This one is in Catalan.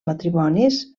matrimonis